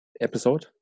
episode